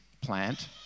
plant